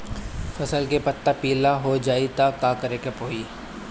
फसल के पत्ता पीला हो जाई त का करेके होई?